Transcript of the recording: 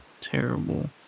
Terrible